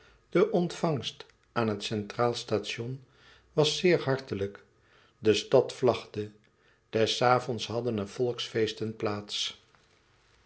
de ontvangst aan het centraal station was zeer hartelijk de stad vlagde des avonds hadden er volksfeesten plaats